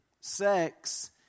Sex